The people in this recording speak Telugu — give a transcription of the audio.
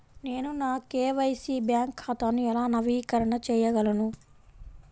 నేను నా కే.వై.సి బ్యాంక్ ఖాతాను ఎలా నవీకరణ చేయగలను?